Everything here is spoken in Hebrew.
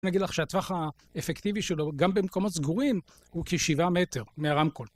אני אגיד לך הטווח האפקטיבי שלו, גם במקומות סגורים, הוא כ-7 מטר מהרמקול.